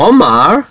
Omar